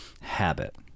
habit